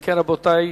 אם כן, רבותי,